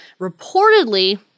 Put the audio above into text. reportedly